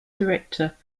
director